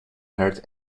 hurt